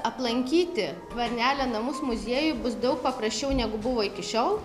aplankyti varnelio namus muziejų bus daug paprasčiau negu buvo iki šiol